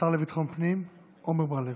השר לביטחון הפנים עמר בר לב,